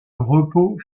repos